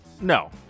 No